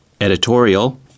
Editorial